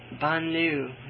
Banu